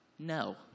No